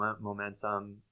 momentum